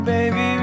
Baby